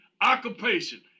occupation